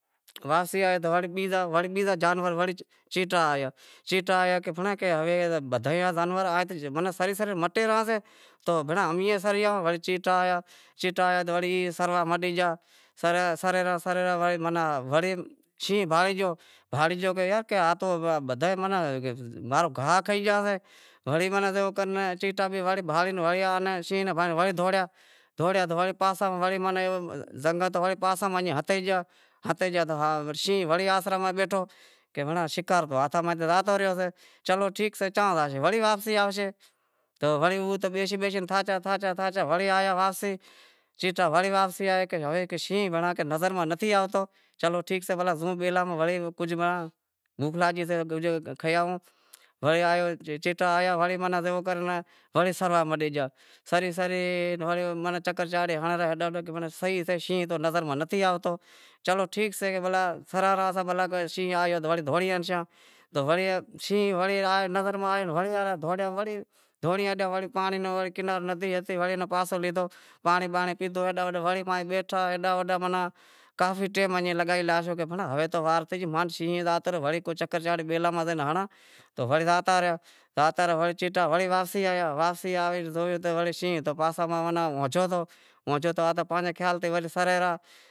واپسی آیو تو وڑے بیزا جانور وڑے چھیٹا آیا، چھیٹا آیا تو کہے ہنڑ ای بدہا جانور تو سری سری مٹے زاشیںتو بھینڑاں امیں ئے سرے آواں تو چھیٹا آیا تو سروا مٹی گیا سرے رہاں سرے رہاں تو شینہں بھانڑے گیو، بھانڑی گیو کی یار بدہا ئی ماں رو گاہ کھئی گیاسیں وڑے آوے چھیٹا شینہں ناں وڑے دہوڑیا تو پاسے ماہ زنگ ہتو تو پاساں ماہ ہتے گیا، ہتے گیا تو شینہں وڑے آسرا ماہ بیٹھو کہ شیکار تو ہاتھاں ماں زاتو رہیو سے چلو ٹھیک سے چاں زاشیں وڑی واپسی آوشیں تو او ات بیشے بیشے تھاچا، تھاچا تھاچا تو وڑے آیا واپسی کہیں شینہں تو نظر ماہ نتھی آوتو چلو ٹھیک سے زووں تو وڑے ماناں کجھ مناں بوکھ لاگی شے کجھ کھئے آووں وڑے آیا چھیٹا آیا زووں وڑے سروا مٹے گیا سری سری سری وڑے چکر چانڑی ہنڑے وڑی صحیح سے شینہں تو نظر ماہ نتھی آوتو چلو ٹھیک سے سرے رہاساں بھلاں شینہں آیو تو وڑی دہوڑی ہلشاں تو شینہں وڑے نظر ماہ آوے تو وڑے آئے دہوڑیا دہوڑی ہالیا وڑے پانڑی رو کنارو ندیا رو وڑے پاسو لیدہو پانڑی بانڑی پیدہو وڑے ماہیں بیٹھا ماناں ہیڈاں ہوڈاں کافی ٹیم لگائی لاشو ماناں ہوے تو کافی وار تھے گئی شینہں بھی زاتو رہیو وڑے کو چکر چانڑی بیلاں ماہ زائے ہنڑاں تو وڑی زاوتا ریا وڑے چیٹا وڑے واپسی آیا واپسی آیا تو زوئیں شینہں تو پاساں ماہ ہتو ہتو پسے او پانجے خیال ماہ بیلاں ماں سریں رہا